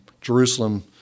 Jerusalem